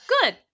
good